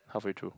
halfway through